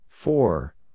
Four